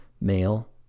male